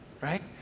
right